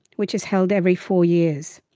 which is held every four years.